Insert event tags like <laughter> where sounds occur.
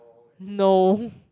no <laughs>